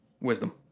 Wisdom